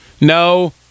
No